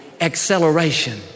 acceleration